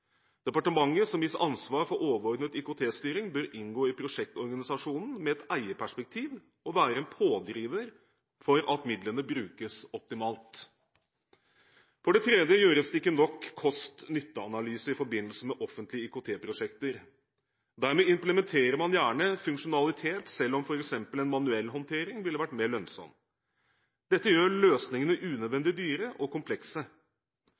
Departementet som gis ansvar for overordnet IKT-styring, bør inngå i prosjektorganisasjonene med et eierperspektiv og være en pådriver for at midlene brukes optimalt. For det tredje gjøres det ikke nok kost–nytte-analyse i forbindelse med offentlige IKT-prosjekter. Dermed implementerer man gjerne funksjonalitet, selv om f.eks. en manuell håndtering ville vært mer lønnsom. Dette gjør løsningene unødvendig dyre og komplekse.